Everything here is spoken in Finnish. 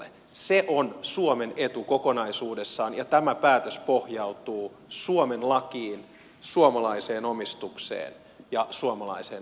se on suomen etu kokonaisuudessaan ja tämä päätös pohjautuu suomen lakiin suomalaiseen omistukseen ja suomalaiseen operaatioon